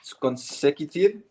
consecutive